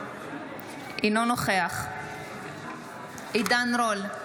אינו נוכח עידן רול,